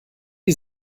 die